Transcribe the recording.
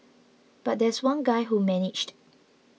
but there's one guy who managed